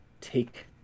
take